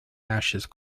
ashes